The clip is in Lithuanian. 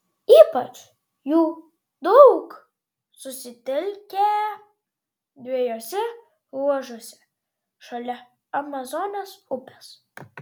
ypač jų daug susitelkę dviejuose ruožuose šalia amazonės upės